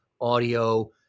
audio